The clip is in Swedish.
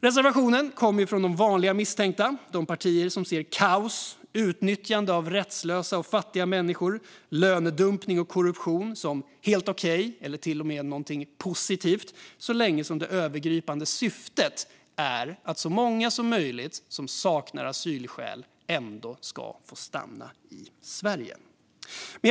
Reservationen kommer från de vanliga misstänkta, alltså de partier som ser kaos, utnyttjande av rättslösa och fattiga människor, lönedumpning och korruption som helt okej eller till och med något positivt så länge det övergripande syftet är att så många som möjligt som saknar asylskäl ändå ska få stanna i Sverige.